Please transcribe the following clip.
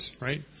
right